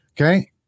Okay